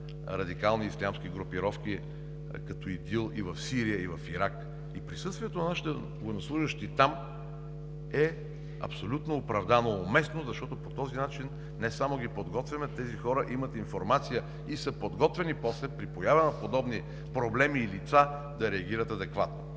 радикални ислямски групировки като ИДИЛ и в Сирия, и в Ирак. Присъствието на нашите военнослужещи там е абсолютно оправдано, уместно, защото по този начин не само ги подготвяме, а тези хора имат информация и после при появата на подобни проблеми и лица са подготвени да реагират адекватно.